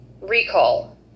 recall